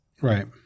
Right